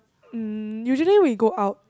um usually we go out